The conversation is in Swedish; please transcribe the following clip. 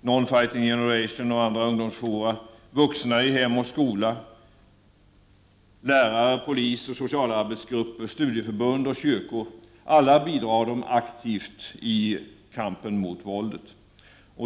Non Fighting Generation och andra ungdomsfora, vuxna i Hem och skola, lärare, poliser, socialarbetsgrupper, studieförbund och kyrkor — alla bidrar de aktivt i kampen mot våldet.